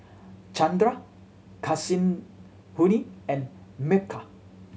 Chandra Kasinadhuni and Milkha